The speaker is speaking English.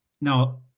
Now